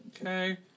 Okay